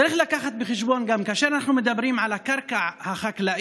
צריך גם להביא בחשבון: כאשר אנחנו מדברים על הקרקע החקלאית,